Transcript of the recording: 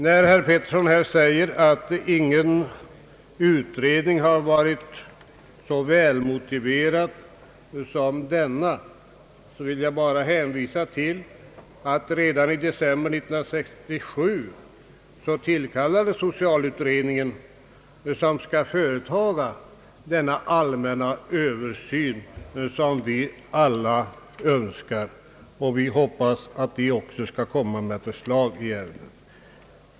När herr Peterson säger att inget utredningskrav har varit så välmotiverat som detta vill jag bara hänvisa till att den redan i december 1967 tillkallade socialutredningen skall företa den allmänna översyn som vi alla önskar. Vi hoppas att den också skall avlämna förslag i ärendet.